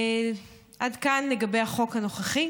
עד כאן לגבי החוק הנוכחי.